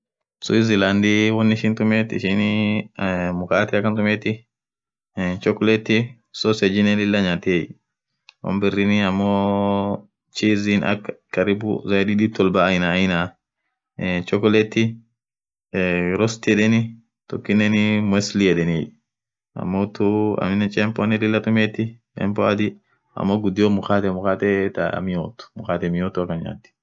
Swaziland wonn ishin tumethu ishinii eee bark akhan tumeti chocolate saucejen lila nyati wonn birri amoo chizin akaa karibu zaidi dhib tolbaa aina aina chocolate eee rost yedheni tokinen moslii yedheni amotthu cheponen lila tumeti chempoo adhii amoo won ghudion mkate mkate thaa miyothu mkate miyothuu akhan nyati